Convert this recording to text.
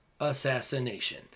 assassination